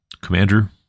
commander